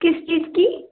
किस चीज़ की